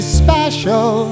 special